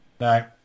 No